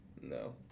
no